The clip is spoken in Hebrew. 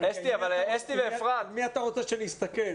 על מי אתה רוצה שנסתכל?